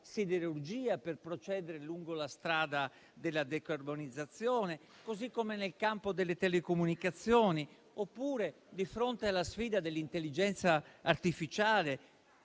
siderurgia per procedere lungo la strada della decarbonizzazione, così come nel campo delle telecomunicazioni, oppure di fronte alla sfida dell'intelligenza artificiale.